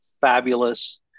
fabulous